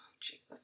Jesus